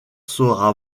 sera